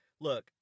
Look